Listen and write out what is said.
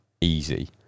Easy